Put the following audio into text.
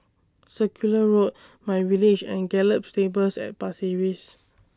Circular Road MyVillage and Gallop Stables At Pasir Ris